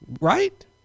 Right